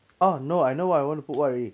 oh no I know what I want to put what already